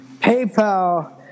PayPal